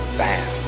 bam